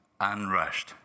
unrushed